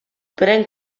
pren